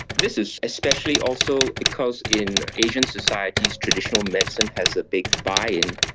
this is especially also because in asian societies traditional medicine has a big buy-in,